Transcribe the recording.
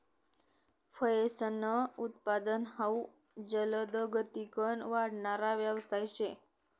फयेसनं उत्पादन हाउ जलदगतीकन वाढणारा यवसाय शे